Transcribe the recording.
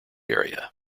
area